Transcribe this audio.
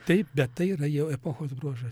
taip bet tai yra jau epochos bruožas